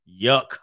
Yuck